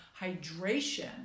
hydration